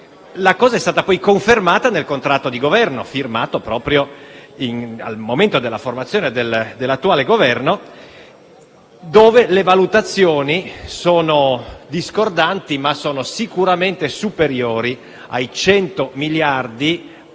-, sono state poi confermate nel contratto di Governo, firmato proprio al momento della formazione dell'attuale Governo, dove le valutazioni di spesa sono discordanti, ma sicuramente superiori ai 100 miliardi